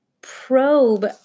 probe